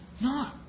no